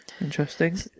interesting